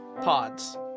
pods